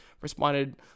responded